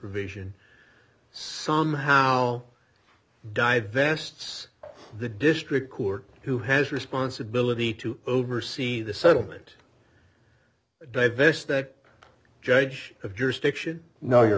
provision somehow divests the district court who has responsibility to oversee the settlement davis that judge of jurisdiction no your